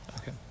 Okay